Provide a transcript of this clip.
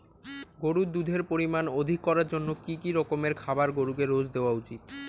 গরুর দুধের পরিমান অধিক করার জন্য কি কি রকমের খাবার গরুকে রোজ দেওয়া উচিৎ?